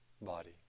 body